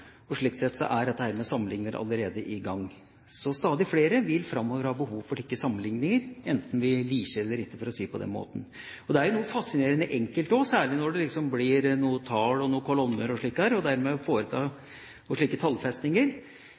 bildet. Slik sett er dette med sammenlikning allerede i gang. Stadig flere vil framover ha behov for slike sammenlikninger, enten vi liker det eller ikke, for å si det på den måten. Det er noe fascinerende enkelt, særlig når det blir tall, kolonner og slike tallfestinger, ved å